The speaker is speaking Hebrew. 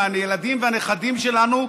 מהילדים והנכדים שלנו,